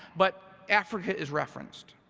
but africa is referenced.